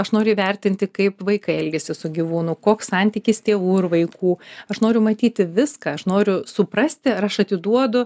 aš noriu įvertinti kaip vaikai elgiasi su gyvūnu koks santykis tėvų ir vaikų aš noriu matyti viską aš noriu suprasti ar aš atiduodu